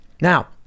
Now